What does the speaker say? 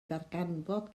ddarganfod